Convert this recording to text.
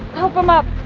help them up.